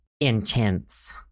Intense